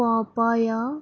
papaya